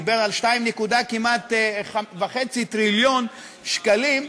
דיבר על 2.5 טריליון שקלים,